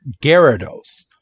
Gyarados